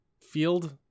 field